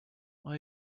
are